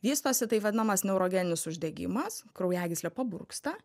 vystosi taip vadinamas neurogeninis uždegimas kraujagyslė paburksta